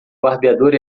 barbeador